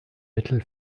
mittel